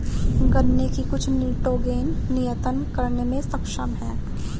गन्ने की कुछ निटोगेन नियतन करने में सक्षम है